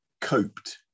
coped